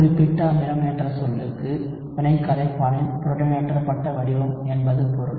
குறிப்பிட்ட அமிலம் என்ற சொல்லுக்கு வினைக் கரைப்பானின் புரோட்டானேற்றப்பட்ட வடிவம் என்று பொருள்